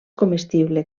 comestible